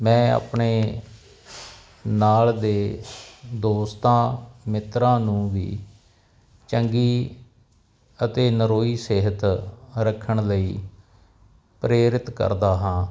ਮੈਂ ਆਪਣੇ ਨਾਲ ਦੇ ਦੋਸਤਾਂ ਮਿੱਤਰਾਂ ਨੂੰ ਵੀ ਚੰਗੀ ਅਤੇ ਨਰੋਈ ਸਿਹਤ ਰੱਖਣ ਲਈ ਪ੍ਰੇਰਿਤ ਕਰਦਾ ਹਾਂ